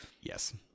Yes